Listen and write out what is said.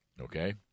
okay